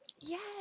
Yes